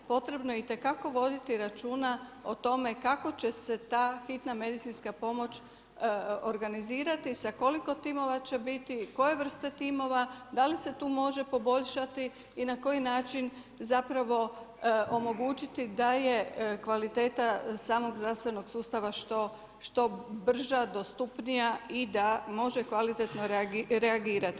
Potrebno je itekako voditi računa o tome kako će se ta hitna medicinska pomoć organizirati, sa koliko timova će biti, koje vrste timova, da li se tu može poboljšati i na koji način zapravo omogućiti da je kvaliteta samog zdravstvenog sustava što brža, dostupnija i da može kvalitetno reagirati.